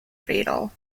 fatal